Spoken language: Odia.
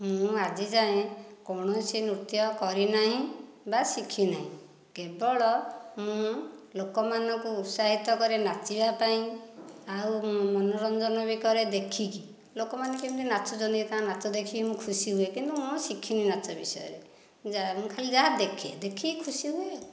ମୁଁ ଆଜିଯାଏ କୌଣସି ନୃତ୍ୟ କରିନାହିଁ ବା ଶିଖି ନାହିଁ କେବଳ ମୁଁ ଲୋକମାନଙ୍କୁ ଉତ୍ସାହିତ କରେ ନାଚିବା ପାଇଁ ଆଉ ମନୋରଂଜନ ବି କରେ ଦେଖିକି ଲୋକମାନେ କେମିତି ନାଚୁଛନ୍ତି ତାଙ୍କ ନାଚ ଦେଖିକି ମୁଁ ଖୁସି ହୁଏ କିନ୍ତୁ ମୁଁ ଶିକ୍ଷିନି ନାଚ ବିଷୟରେ ମୁଁ ଯାହା ଖାଲି ଯାହା ଦେଖେ ଦେଖିକି ଖୁସି ହୁଏ ଆଉ